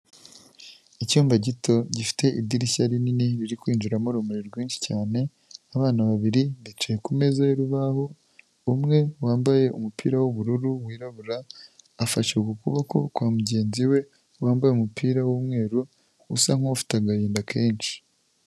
Icyumba gito gifite idirishya rinini, riri kwinjiramo urumuri rwinshi cyane, abana babiri bicaye ku meza y'urubaho, umwe wambaye umupira w'ubururu wirabura afashe ukuboko kwa mugenzi we, wambaye umupira w'umweru usa nk'ufite agahinda kenshi.